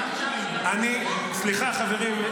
סליחה, חברים.